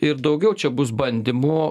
ir daugiau čia bus bandymų